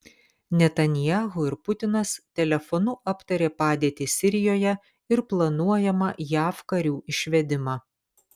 netanyahu ir putinas telefonu aptarė padėtį sirijoje ir planuojamą jav karių išvedimą